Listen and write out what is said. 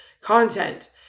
content